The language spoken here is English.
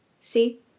See